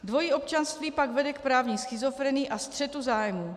Dvojí občanství pak vede k právní schizofrenii a střetu zájmů.